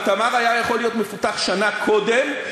אבל "תמר" היה יכול להיות מפותח שנה קודם.